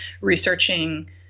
researching